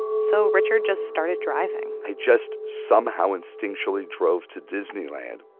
so richard just started driving i just somehow instinctually drove to disneyland